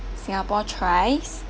singapore tries